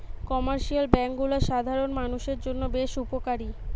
commercial bank গুলা সাধারণ মানুষের জন্য বেশ উপকারী